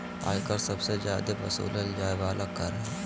आय कर सबसे जादे वसूलल जाय वाला कर हय